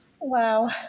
Wow